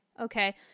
Okay